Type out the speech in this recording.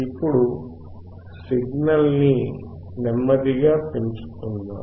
ఇప్పుడు సిగ్నల్ ని నెమ్మదిగా పెంచుకుందాం